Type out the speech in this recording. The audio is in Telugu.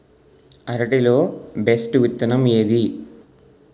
అరటి లో బెస్టు విత్తనం ఏది?